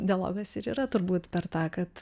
dialogas ir yra turbūt per tą kad